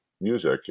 music